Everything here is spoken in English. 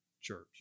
church